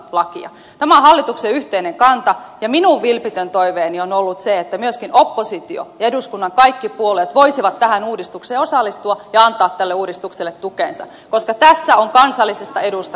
tämä on hallituksen yhteinen kanta ja minun vilpitön toiveeni on ollut se että myöskin oppositio ja eduskunnan kaikki puolueet voisivat tähän uudistukseen osallistua ja antaa tälle uudistukselle tukensa koska tässä on kansallisesta edusta kysymys